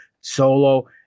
Solo